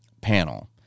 panel